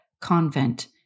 convent